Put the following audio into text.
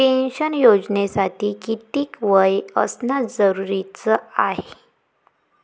Pension योजनेसाठी कितीक वय असनं जरुरीच हाय?